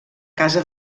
casa